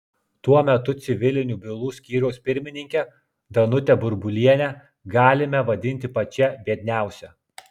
tuo metu civilinių bylų skyriaus pirmininkę danutę burbulienę galime vadinti pačia biedniausia